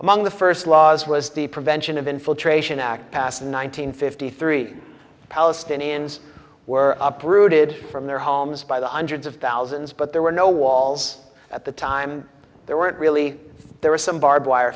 among the first laws was the prevention of infiltration act passed one thousand nine hundred fifty three palestinians were uprooted from their homes by the hundreds of thousands but there were no walls at the time there weren't really there were some barbed wire